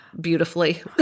beautifully